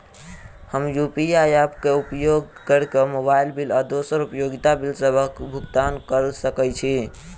हम UPI app क उपयोग करके मोबाइल बिल आ दोसर उपयोगिता बिलसबक भुगतान कर सकइत छि